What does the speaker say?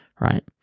right